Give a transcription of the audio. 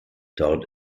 dort